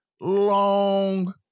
long